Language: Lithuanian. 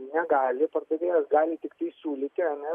negali pardavėjas gali tiktai siūlyti ar ne